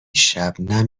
شبنم